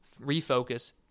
refocus